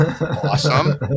Awesome